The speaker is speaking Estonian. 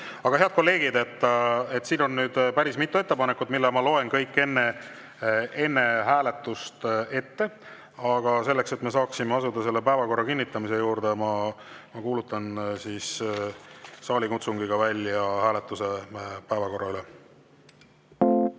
Aga, head kolleegid, siin on päris mitu ettepanekut, mis ma loen kõik enne hääletust ette. Ent selleks, et me saaksime asuda päevakorra kinnitamise juurde, ma kuulutan saalikutsungiga välja hääletuse päevakorra üle. Ma